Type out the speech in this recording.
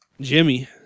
Jimmy